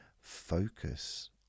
focus